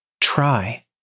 try